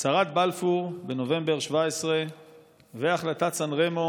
הצהרת בלפור בנובמבר 2017 והחלטת סן רמו,